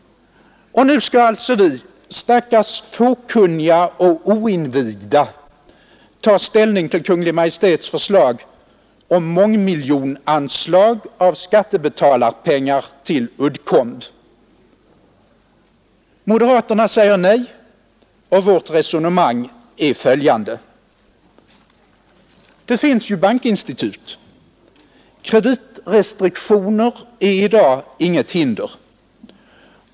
Och nu skall alltså vi, stackars fåkunniga och oinvigda, ta ställning till Kungl. Maj:ts förslag om mångmiljonanslag av skattebetalarpengar till Uddcomb. Moderaterna säger nej, och vårt resonemang är följande. Det finns ju bankinstitut, kreditrestriktioner är i dag inget hinder.